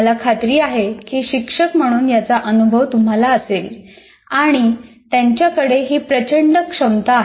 मला खात्री आहे की शिक्षक म्हणून याचा अनुभव तुम्हाला असेल आणि त्यांच्याकडे ही प्रचंड क्षमता आहे